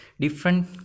different